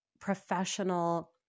professional